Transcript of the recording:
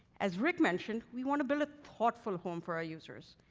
as rick mentioned, we wanna build a thoughtful home for our users,